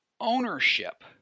ownership